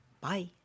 Bye